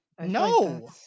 No